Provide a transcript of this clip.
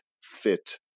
fit